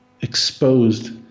exposed